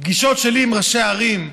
בפגישות שלי עם ראשי ערים,